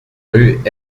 rue